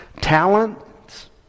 talents